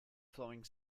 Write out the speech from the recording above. flowing